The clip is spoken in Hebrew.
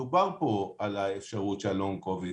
דובר פה על האפשרות של הלונג קוביד.